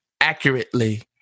Accurately